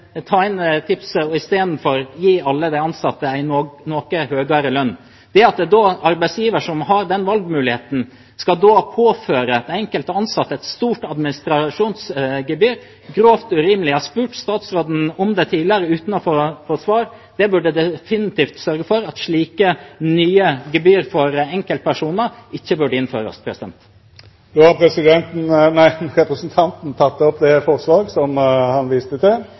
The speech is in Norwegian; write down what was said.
ta inn tipset og isteden gi alle de ansatte noe høyere lønn, er grovt urimelig – altså at arbeidsgivers valgmulighet her skal påføre den enkelte ansatte et stort administrasjonsgebyr. Jeg har spurt statsråden om det tidligere uten å få svar. En burde definitivt sørge for at slike nye gebyr for enkeltpersoner ikke innføres. Representanten Sigbjørn Gjelsvik har teke opp det forslaget han refererte til. Det var statsrådens svar i replikkvekslingen som gjør at det er grunn til